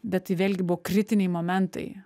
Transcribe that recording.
bet tai vėlgi buvo kritiniai momentai